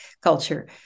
culture